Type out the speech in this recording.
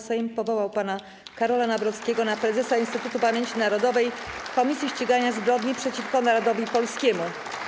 Sejm powołał pana Karola Nawrockiego na prezesa Instytutu Pamięci Narodowej - Komisji Ścigania Zbrodni przeciwko Narodowi Polskiemu.